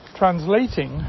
translating